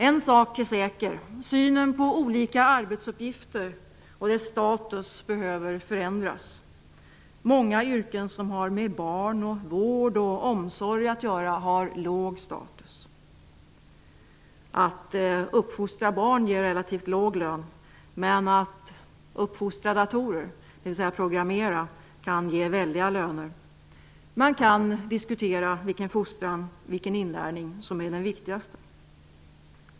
En sak är säker: synen på olika arbetsuppgifter och deras status behöver förändras. Många yrken som har med barn och vård och omsorg att göra har låg status. Att uppfostra barn ger relativt låg lön, men att uppfostra datorer, dvs programmera, kan ge väldiga löner. Man kan diskutera vilken fostran, vilken inlärning, som är den viktigaste.